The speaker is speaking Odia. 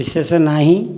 ବିଶେଷ ନାହିଁ